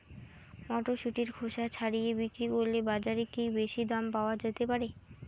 মটরশুটির খোসা ছাড়িয়ে বিক্রি করলে বাজারে কী বেশী দাম পাওয়া যেতে পারে?